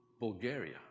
Bulgaria